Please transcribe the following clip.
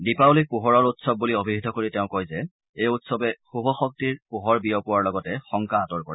দীপাৱলীক পোহৰৰ উৎসৱ বুলি অভিহিত কৰি তেওঁ কয় যে এই উৎসৱে শুভ শক্তিৰ পোহৰ বিয়পোৱাৰ লগতে শংকা আঁতৰ কৰে